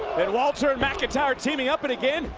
and walter and mcintyre teaming up, and again,